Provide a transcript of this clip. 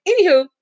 anywho